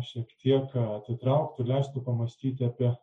šiek tiek atitrauktų leistų pamąstyti apie